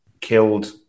killed